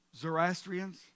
Zoroastrians